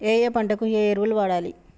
ఏయే పంటకు ఏ ఎరువులు వాడాలి?